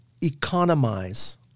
economize